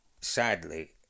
sadly